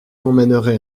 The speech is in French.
emmènerai